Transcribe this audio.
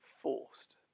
forced